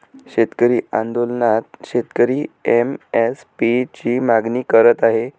शेतकरी आंदोलनात शेतकरी एम.एस.पी ची मागणी करत आहे